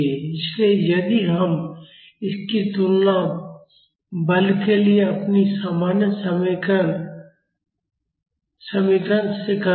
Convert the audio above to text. इसलिए यदि हम इसकी तुलना बल के लिए अपनी सामान्य समीकरण से करते हैं